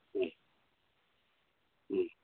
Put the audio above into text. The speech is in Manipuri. ꯎꯝ ꯎꯝ